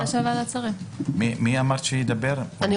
שידבר, אתי?